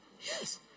Yes